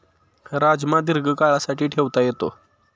राजमा दीर्घकाळासाठी ठेवता येतो